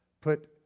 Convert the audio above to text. put